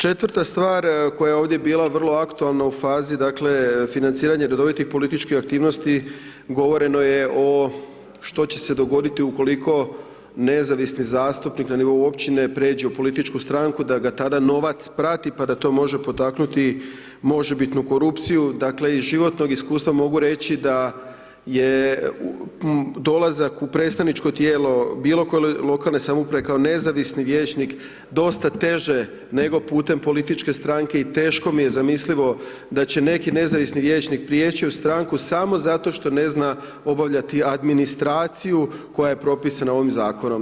Četvrta stvar koja je ovdje bila vrlo aktualna u fazi dakle financiranje redovitih političkih aktivnosti govoreno je što će se dogoditi ukoliko nezavisni zastupnik na nivo općine pređe u političku stranku da ga tada novac prati, pa da to može potaknuti možebitnu korupciju, dakle iz životnog iskustva mogu reći da je dolazak u predstavničko tijelo bilo koje lokalne samouprave kao nezavisni vijećnik dosta teže nego putem političke stranke i teško mi je zamislivo da će neki nezavisni vijećnik prijeći u stranku samo zato što ne zna obavljati administraciju koja je propisana ovim zakonom.